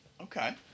Okay